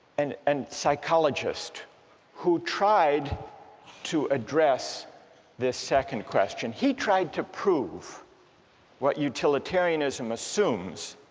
and and psychologist who tried to address the second question. he tried to prove what utilitarianism assumes,